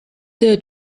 there